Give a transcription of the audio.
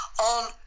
on